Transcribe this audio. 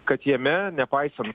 kad jame nepaisant